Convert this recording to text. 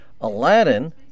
Aladdin